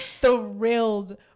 thrilled